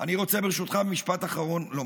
אני רוצה, ברשותך, לומר משפט אחרון.